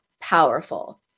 powerful